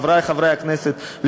חברי חברי הכנסת,